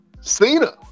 Cena